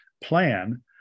plan